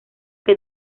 que